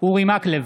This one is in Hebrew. אורי מקלב,